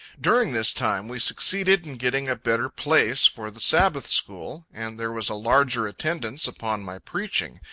during this time we succeeded in getting a better place for the sabbath school, and there was a larger attendance upon my preaching,